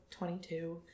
22